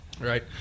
Right